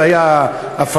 זה היה ה"פדאיון",